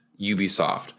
Ubisoft